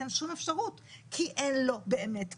אין שום אפשרות, כי אין לו באמת כתובת.